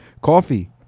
coffee